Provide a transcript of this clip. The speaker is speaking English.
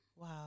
Wow